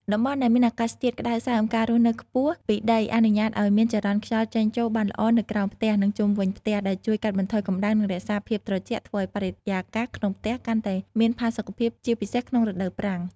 តំបន់ដែលមានអាកាសធាតុក្តៅសើម ការរស់នៅខ្ពស់ពីដីអនុញ្ញាតឱ្យមានចរន្តខ្យល់ចេញចូលបានល្អនៅក្រោមផ្ទះ និងជុំវិញផ្ទះ ដែលជួយកាត់បន្ថយកម្ដៅ និងរក្សាភាពត្រជាក់ ធ្វើឱ្យបរិយាកាសក្នុងផ្ទះកាន់តែមានផាសុកភាព ជាពិសេសក្នុងរដូវប្រាំង ។